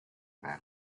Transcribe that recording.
their